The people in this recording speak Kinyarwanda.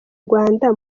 rwanda